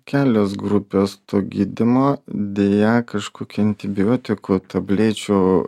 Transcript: kelios grupės tų gydymų deja kažkokie antibiotikų tablečių